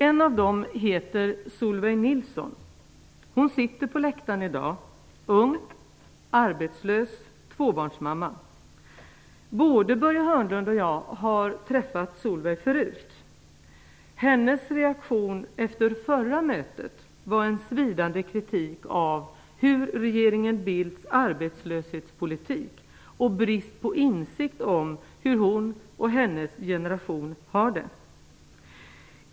En av dem heter Solveig Nilsson. Hon sitter på läktaren i dag. Hon är en ung, arbetslös tvåbarnsmamma. Både Börje Hörnlund och jag har träffat Solveig förut. Hennes reaktion efter det förra mötet var en svidande kritik av regeringen Bildts arbetslöshetspolitik och brist på insikt om hur hon och hennes generation har det.